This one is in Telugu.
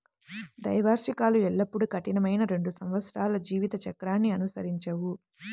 ద్వైవార్షికాలు ఎల్లప్పుడూ కఠినమైన రెండు సంవత్సరాల జీవిత చక్రాన్ని అనుసరించవు